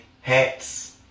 hats